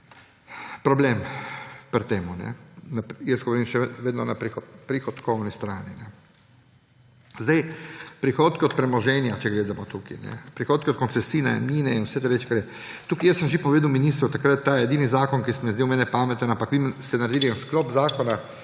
problem pri tem – govorim še vedno o prihodkovni strani. Prihodki od premoženja, če gledamo tukaj; prihodki od koncesnin in vse te reči, kar so. Jaz sem že povedal ministru takrat, da je to edini zakon, ki se mi je zdel pameten, ampak vi ste naredili en sklop zakona